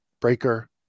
breaker